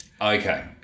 Okay